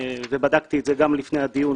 ובדקתי את זה גם לפני הדיון,